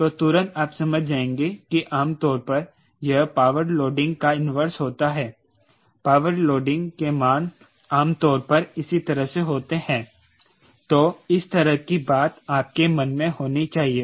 तो तुरंत आप समझ जाएंगे कि आम तौर पर यह पावर लोडिंग का इन्वर्स होता है पावर लोडिंग के मान आम तौर पर इसी तरह के होते हैं तो इस तरह की बात आपके मन में होनी चाहिए